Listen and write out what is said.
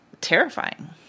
terrifying